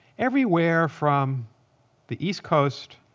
everywhere from the east coast